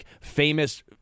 famous